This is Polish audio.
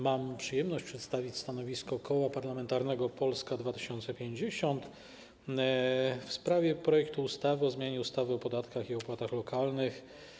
Mam przyjemność przedstawić stanowisko Koła Parlamentarnego Polska 2050 w sprawie projektu ustawy o zmianie ustawy o podatkach i opłatach lokalnych.